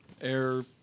air